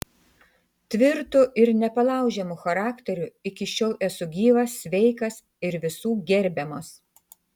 tvirtu ir nepalaužiamu charakteriu iki šiol esu gyvas sveikas ir visų gerbiamas